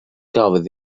gafodd